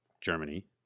Germany